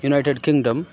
United Kingdom